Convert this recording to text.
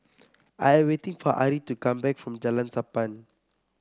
I am waiting for Ari to come back from Jalan Sappan